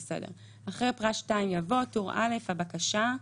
אחרי פרט 2, יבוא: טור א' הבקשה.